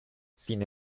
sin